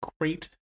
great